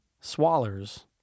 Swallers